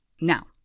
Now